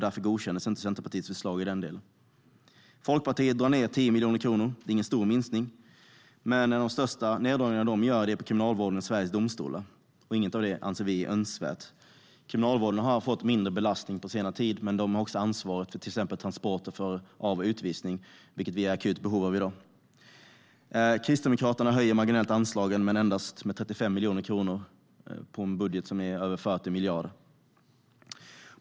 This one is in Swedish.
Därför godkändes inte Centerpartiets förslag i denna del. Liberalerna drar ned med 10 miljoner kronor på utgiftsområdet. Det är ingen stor minskning. De största neddragningarna gör de på Kriminalvården och Sveriges domstolar. Inget av det anser vi är önskvärt. Kriminalvården har fått mindre belastning på senare tid. Men de har också ansvar för till exempel transporter vid utvisningar, vilket vi är i akut behov av i dag. Kristdemokraterna höjer marginellt anslagen med endast 35 miljoner kronor på en budget som är på över 40 miljarder.